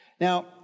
Now